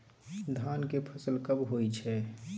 धान के फसल कब होय छै?